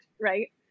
right